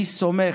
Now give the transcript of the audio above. אני סומך.